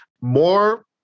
More